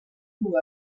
duu